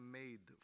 made